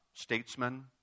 statesman